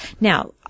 Now